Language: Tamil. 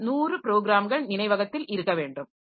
எனவே 100 ப்ரோகிராம்கள் நினைவகத்தில் இருக்க வேண்டும்